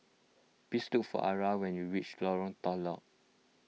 please look for Ara when you reach Lorong Telok